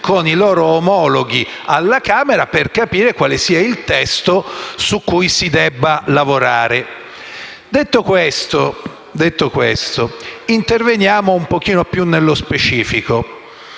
con i loro omologhi della Camera per capire quale sia il testo su cui si deve lavorare. Detto questo, intervengo un po' più nello specifico.